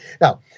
Now